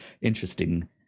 interesting